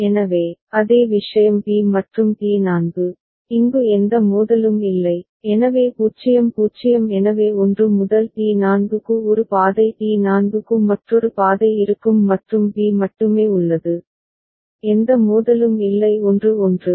எனவே அதே விஷயம் b மற்றும் T4 இங்கு எந்த மோதலும் இல்லை எனவே 0 0 எனவே 1 முதல் T4 க்கு ஒரு பாதை T4 க்கு மற்றொரு பாதை இருக்கும் மற்றும் b மட்டுமே உள்ளது எந்த மோதலும் இல்லை 1 1